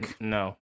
No